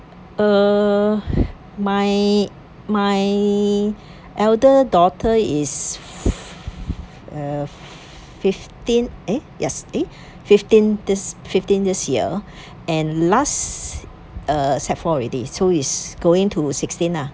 uh my my elder daughter is fift~ uh fifteen eh yes fifteen this fifteen this year and last(uh) sec~ four already so is going to sixteen lah